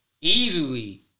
easily